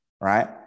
Right